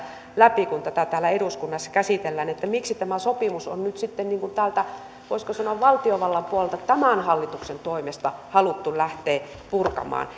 läpi kun tätä täällä eduskunnassa käsitellään miksi tämä sopimus on nyt sitten täältä voisiko sanoa valtiovallan puolelta tämän hallituksen toimesta haluttu lähteä purkamaan